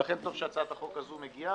ולכן טוב שהצעת החוק הזו מגיעה,